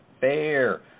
fair